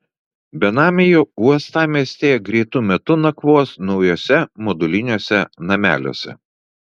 benamiai uostamiestyje greitu metu nakvos naujuose moduliniuose nameliuose